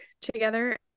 together